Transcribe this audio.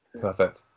Perfect